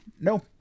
No